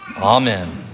Amen